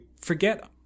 forget